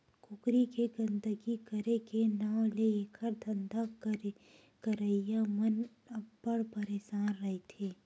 कुकरी के गंदगी करे के नांव ले एखर धंधा करइया मन अब्बड़ परसान रहिथे